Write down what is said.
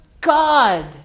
God